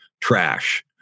trash